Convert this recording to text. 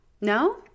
No